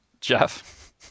Jeff